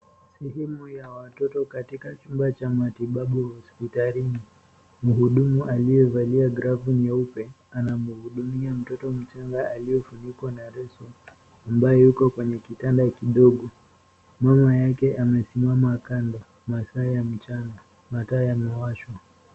Sehemu ya watoto katika chumba cha matibabu hospitalini. Mhudumu aliyevalia glavu nyeupe anamhudumia mtoto mchanga aliyefunikwa na leso ambaye yuko kwenye kitanda kidogo. Mama yake amesimama kando. Masaa ya mchana, mataa yamewashwa.